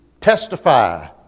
testify